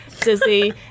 Dizzy